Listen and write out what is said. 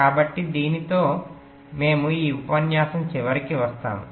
కాబట్టి దీనితో మేము ఈ ఉపన్యాసం చివరికి వస్తాము